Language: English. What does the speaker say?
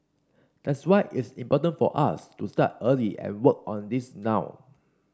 that's why it's important for us to start early and work on this now